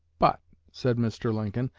but, said mr. lincoln,